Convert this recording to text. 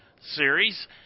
series